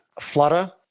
Flutter